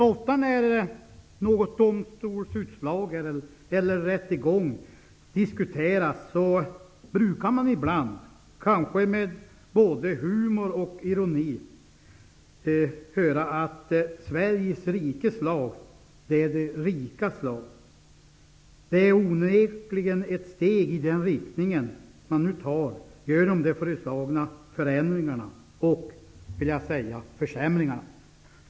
Ofta när ett domstolsutslag eller en rättegång diskuteras brukar man, ibland kanske med både humor och ironi, höra att Sveriges rikes lag är de rikas lag. Man tar onekligen ett steg i den riktningen genom de föreslagna förändringarna och försämringarna.